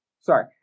Sorry